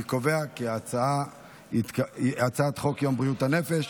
אני קובע כי הצעת חוק יום בריאות הנפש,